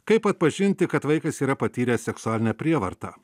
kaip atpažinti kad vaikas yra patyręs seksualinę prievartą